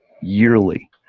yearly